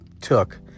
took